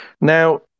Now